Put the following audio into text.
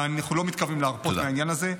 ואנחנו לא מתכוונים להרפות מהעניין הזה.